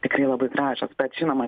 tikrai labai gražios bet žinoma